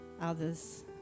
others